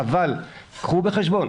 אבל קחו בחשבון,